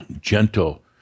Gentle